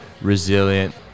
resilient